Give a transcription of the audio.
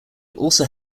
also